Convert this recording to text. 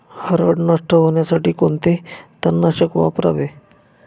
हरळ नष्ट होण्यासाठी कोणते तणनाशक वापरावे?